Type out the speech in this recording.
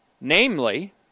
Namely